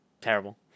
terrible